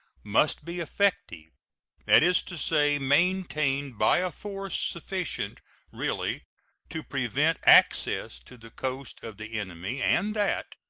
must be effective that is to say, maintained by a force sufficient really to prevent access to the coast of the enemy and that,